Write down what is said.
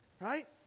right